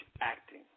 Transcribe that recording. acting